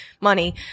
money